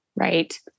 Right